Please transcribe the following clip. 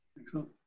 Excellent